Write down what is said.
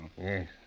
Yes